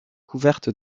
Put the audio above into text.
couverte